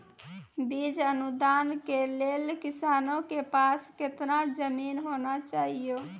बीज अनुदान के लेल किसानों के पास केतना जमीन होना चहियों?